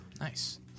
Nice